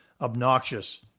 obnoxious